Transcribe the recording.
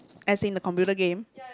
as in the computer game